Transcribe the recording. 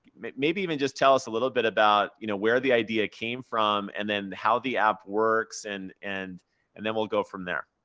maybe even just tell us a little bit about you know where the idea came from and then how the app works, and and and then we'll go from there.